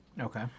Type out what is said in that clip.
Okay